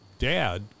Dad